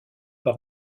par